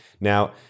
Now